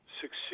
succeed